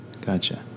Gotcha